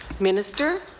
minister?